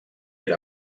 era